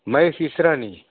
Mahesh Israni